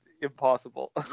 impossible